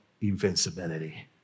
invincibility